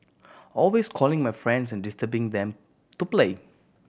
always calling my friends and disturbing them to play